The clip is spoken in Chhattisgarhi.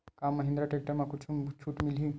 का महिंद्रा टेक्टर म कुछु छुट मिलही?